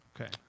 Okay